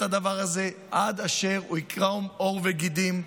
הדבר הזה עד אשר הוא יקרום עור וגידים.